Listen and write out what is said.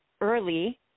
early –